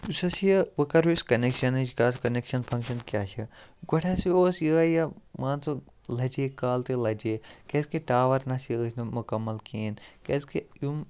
یُس ہَسا یہِ بہٕ کَرٕو یُس کَنٮ۪کشَنٕچ کَتھ کَنٮ۪کشَن فَنٛگشَن کیاہ چھِ گۄڈٕ ہَسا اوس یِہے یہِ مان ژٕ لَجے کال تہِ لَجے کیٛازِکہِ ٹاوَر نَسا یہِ ٲسۍ نہٕ مُکمل کِہیٖنۍ کیٛازِکہِ یِم